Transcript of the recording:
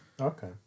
Okay